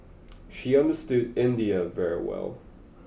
she understood India very well